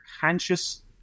conscious